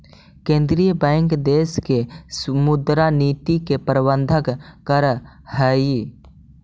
केंद्रीय बैंक देश के मुद्रा नीति के प्रबंधन करऽ हइ